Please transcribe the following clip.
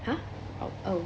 !huh! oh oh